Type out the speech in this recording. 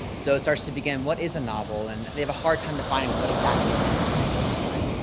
so it starts to begin what is a novel? and they have a hard time defining what exactly it is and what it looks like,